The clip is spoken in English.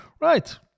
Right